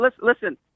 Listen